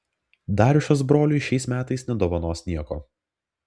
darjušas broliui šiais metais nedovanos nieko